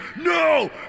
no